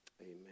Amen